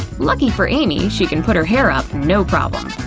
lucky for amy, she can put her hair up, no problem.